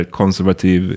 konservativ